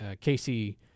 Casey